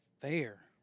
fair